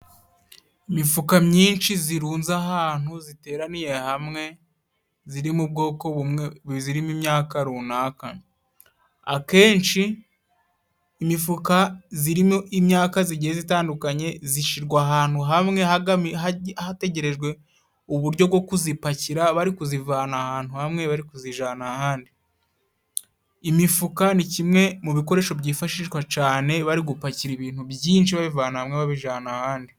Imifuka myinshi irunze ahantu, iteraniye hamwe ,irimo ubwoko bumwe, burimo imyaka runaka, akenshi imifuka irimo imyaka igiye itandukanye ishyirwa ahantu hamwe, hategerejwe kuyipakira bari kuivana ahantu hamwe, bari kuyijyana ahandi, imifuka ni kimwe mu bikoresho byifashishwa cyane, bari gupakira ibintu byinshi, babivana hamwe, babijyana ahandi.